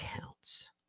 counts